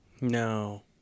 No